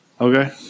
Okay